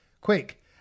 quick